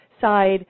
side